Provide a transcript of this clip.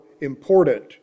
important